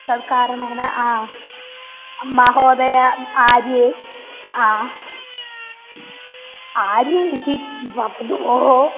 तत्कारणेन महोदया आर्ये आर्ये इति वक्तुं वा